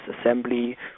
assembly